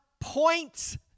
points